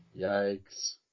Yikes